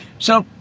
so,